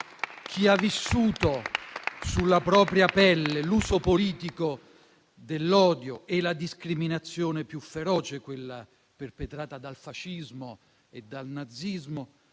Chi ha vissuto sulla propria pelle l'uso politico dell'odio e la discriminazione più feroce, quella perpetrata dal fascismo e dal nazismo,